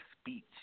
speech